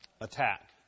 attack